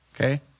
okay